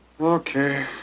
Okay